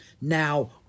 Now